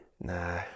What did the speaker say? nah